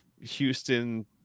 Houston